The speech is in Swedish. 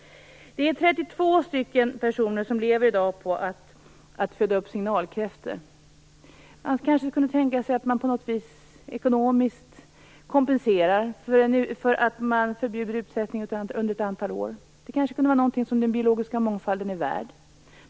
Det är 32 personer som i dag lever på att föda upp signalkräftor. Man kanske kunde tänka sig att på något vis ekonomiskt kompenserar dem för att man förbjuder utsättning under ett antal år. Det kanske kunde vara något som den biologiska mångfalden är värd.